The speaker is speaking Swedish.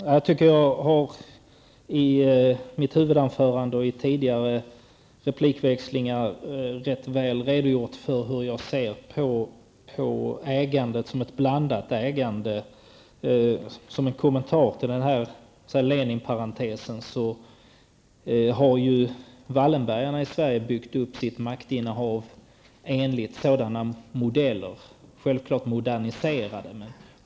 Herr talman! Jag har i mitt huvudanförande och i tidigare replikväxlingar ganska väl redogjort för hur jag ser på ägandet som ett blandat ägande. Som en kommentar till den här Lenin-parentesen kan jag säga att Wallenbergarna i Sverige byggt upp sitt maktinnehav enligt den beskrivna modellen, självklart i moderniserad form.